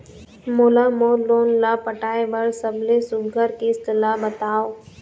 मोला मोर लोन ला पटाए बर सबले सुघ्घर किस्त ला बताव?